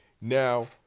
Now